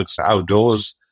outdoors